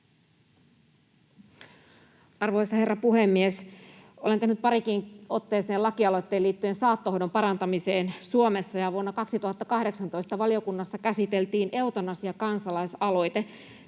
Arvoisa herra puhemies! Olen tehnyt pariinkin otteeseen lakialoitteen liittyen saattohoidon parantamiseen Suomessa, ja vuonna 2018 valiokunnassa käsiteltiin eutanasiakansalaisaloite.